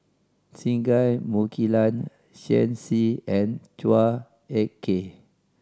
Singai Mukilan Shen Xi and Chua Ek Kay